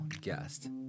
guest